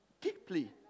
deeply